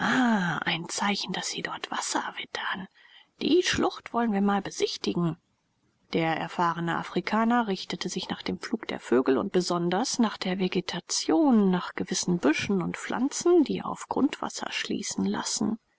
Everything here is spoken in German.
ein zeichen daß sie dort wasser wittern die schlucht wollen wir mal besichtigen der erfahrene afrikaner richtete sich nach dem flug der vögel und besonders nach der vegetation nach gewissen büschen und pflanzen die auf grundwasser schließen lassen